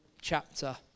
chapter